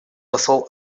посол